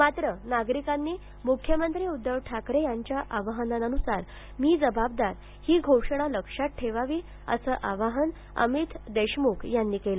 मात्र नागरिकांनी मुख्यमंत्री उद्धव ठाकरे यांच्या आवाहनानुसारमी जबाबदार ही घोषणा लक्षात ठेवावी असं आवाहन अमित देशमुख यांनी केलं